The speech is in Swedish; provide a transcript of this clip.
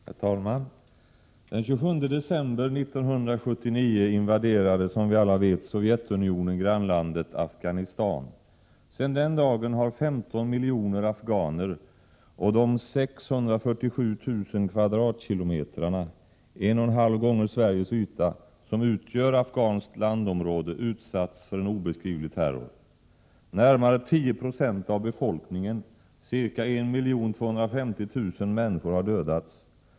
Herr talman! Den 27 december 1979 invaderade, som vi alla vet, Sovjetunionen grannlandet Afghanistan. Sedan den dagen har 15 miljoner afghaner — och de 647 000 km?, en och en halv gång Sveriges yta, som utgör afghanskt landområde — utsatts för en obeskrivlig terror. Närmare 10 96 av befolkningen, ca 1 250 000 människor, har dödats.